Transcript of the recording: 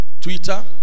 Twitter